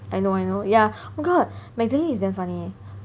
I know I know yeah oh god Magdalene is damn funny